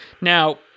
Now